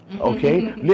okay